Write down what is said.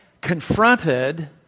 Confronted